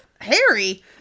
Harry